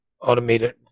automated